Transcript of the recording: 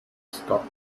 stop